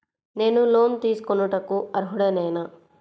నేను లోన్ తీసుకొనుటకు అర్హుడనేన?